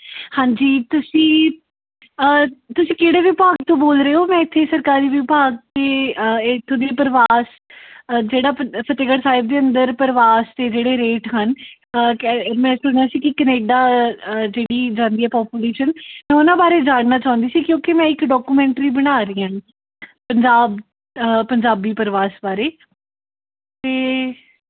ਹਾਂਜੀ ਤੁਸੀਂ ਤੁਸੀਂ ਕਿਹੜੇ ਵਿਭਾਗ ਤੋਂ ਬੋਲਦੇ ਰਹੇ ਮੈਂ ਇੱਥੇ ਸਰਕਾਰੀ ਵਿਭਾਗ ਦੇ ਇੱਥੋਂ ਦੇ ਪ੍ਰਵਾਸ ਜਿਹੜਾ ਫ ਫਤਿਹਗੜ੍ਹ ਸਾਹਿਬ ਦੇ ਅੰਦਰ ਪ੍ਰਵਾਸ ਦੇ ਜਿਹੜੇ ਰੇਟ ਹਨ ਕੈ ਮੈਂ ਸੁਣਿਆ ਸੀ ਕਿ ਕੈਨੇਡਾ ਜਿਹੜੀ ਜਾਂਦੀ ਆ ਪਾਪੂਲੇਸ਼ਨ ਮੈਂ ਉਹਨਾਂ ਬਾਰੇ ਜਾਣਨਾ ਚਾਹੁੰਦੀ ਸੀ ਕਿਉਂਕਿ ਮੈਂ ਇੱਕ ਡਾਕੂਮੈਂਟਰੀ ਬਣਾ ਰਹੀ ਹਾਂ ਪੰਜਾਬ ਪੰਜਾਬੀ ਪ੍ਰਵਾਸ ਬਾਰੇ ਅਤੇ